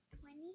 Twenty